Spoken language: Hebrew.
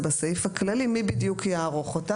זה בסעיף הכללי מי בדיוק יערוך אותן.